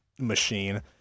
machine